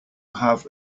have